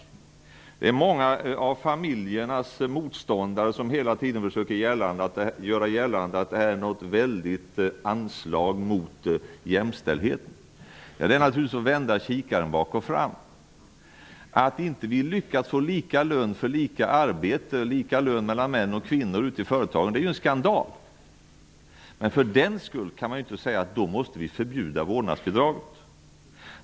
Många motståndare till familjerna försöker hela tiden göra gällande att vårdnadsbidraget är ett väldigt slag mot jämställdheten. Det är naturligtvis att vända kikaren bakochfram. Att vi inte lyckats få lika lön för lika arbete -- lika lön mellan män och kvinnor ute i företagen -- är en skandal. Men för den skull kan man inte säga att vi måste förbjuda vårdnadsbidraget.